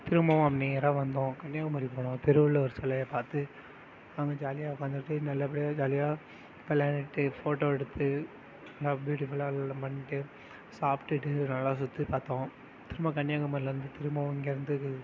திரும்பவும் நேராக வந்தோம் கன்னியாகுமரி போனோம் திருவள்ளுவர் சிலைய பார்த்து அங்கே ஜாலியாக உட்காந்துட்டு நல்ல படியாக ஜாலியாக விளையாண்டுட்டு போட்டோ எடுத்து நல்லா பியூட்டிஃபுல்லாக எல்லாம் பண்ணிவிட்டு சாப்பிடுட்டு நல்லா சுற்றி பார்த்தோம் திரும்ப கன்னியாகுமரியிலருந்து திரும்பவும் இங்கேருந்து